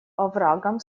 оврагам